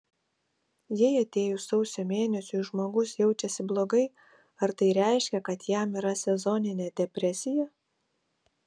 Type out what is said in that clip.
jei atėjus sausio mėnesiui žmogus jaučiasi blogai ar tai reiškia kad jam yra sezoninė depresija